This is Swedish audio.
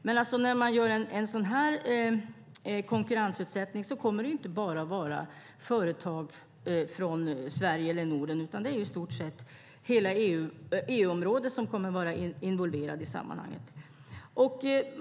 Men när man gör en sådan här konkurrensutsättning kommer det ju inte bara att vara företag från Sverige eller Norden, utan det är i stort sett hela EU-området som kommer att vara involverat i sammanhanget.